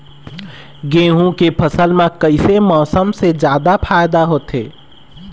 गेहूं के फसल म कइसे मौसम से फायदा होथे?